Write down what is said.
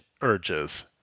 urges